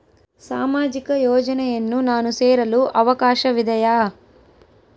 ಸಾಮಾಜಿಕ ಯೋಜನೆಯನ್ನು ನಾನು ಸೇರಲು ಅವಕಾಶವಿದೆಯಾ?